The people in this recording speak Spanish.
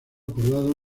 acordado